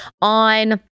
on